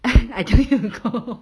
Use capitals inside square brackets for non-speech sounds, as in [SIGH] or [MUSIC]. [LAUGHS] I tell you to go